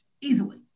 Easily